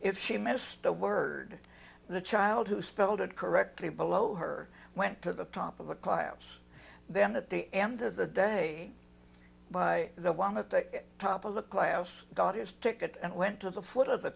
if she missed a word the child who spelled it correctly below her went to the top of the class then at the end of the day by the one at the top of the class daughter's ticket and went to the foot of the